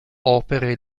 opere